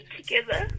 together